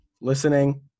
listening